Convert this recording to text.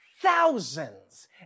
thousands